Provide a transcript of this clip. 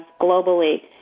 globally